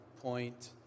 point